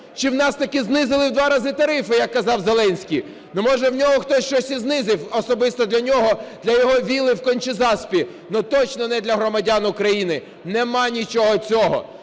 чи в нас таки знизили в два рази тарифи, як казав Зеленський? Може, в нього хтось щось і знизив, особисто для нього, для його вілли в Конча-Заспі, але точно не для громадян України. Немає нічого цього.